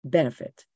benefit